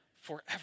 forever